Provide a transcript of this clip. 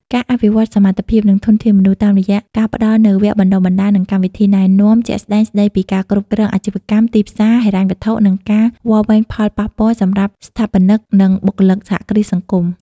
ការអភិវឌ្ឍសមត្ថភាព និងធនធានមនុស្ស តាមរយះការផ្តល់នូវវគ្គបណ្តុះបណ្តាល និងកម្មវិធីណែនាំ ជាក់ស្តែងស្តីពីការគ្រប់គ្រងអាជីវកម្ម ទីផ្សារ ហិរញ្ញវត្ថុ និងការវាស់វែងផលប៉ះពាល់សម្រាប់ស្ថាបនិក និងបុគ្គលិកសហគ្រាសសង្គម ។